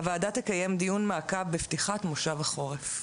הוועדה תקיים דיון מעקב בפתיחת מושב החורף.